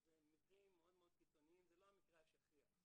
זה מקרים מאוד מאוד קיצוניים, זה לא המקרה השכיח.